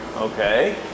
okay